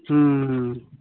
ହଁ ହଁ